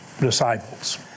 disciples